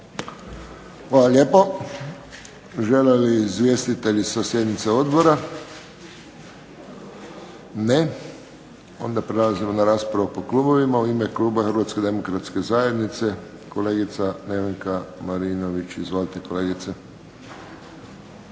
Hvala lijepo. Žele li izvjestitelji sa sjednice odbora? Ne. Onda prelazimo na raspravu po klubovima. U ime kluba HDZ-a kolegica Nevenka Marinović. Izvolite kolegice.